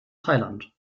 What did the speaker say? thailand